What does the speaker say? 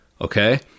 okay